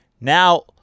now